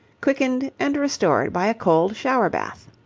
quickened and restored by a cold shower-bath.